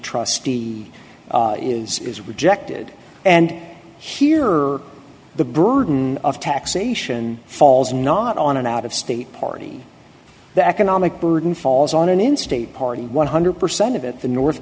trust deed is is rejected and here are the burden of taxation falls not on an out of state party the economic burden falls on an in state party one hundred percent of it the north